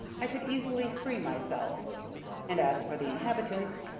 i could easily free myself and as for the inhabitants,